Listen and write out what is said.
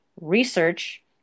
research